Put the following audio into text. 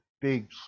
big